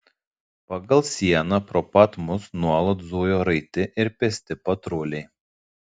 pagal sieną pro pat mus nuolat zujo raiti ir pėsti patruliai